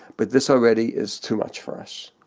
but this already is too much for us.